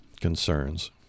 concerns